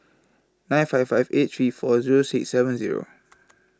nine five five eight three four Zero six seven Zero